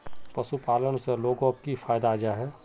पशुपालन से लोगोक की फायदा जाहा?